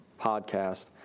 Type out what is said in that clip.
podcast